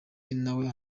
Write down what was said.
nawe